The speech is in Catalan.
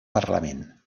parlament